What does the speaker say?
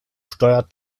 steuert